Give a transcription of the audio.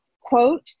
quote